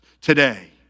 today